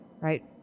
Right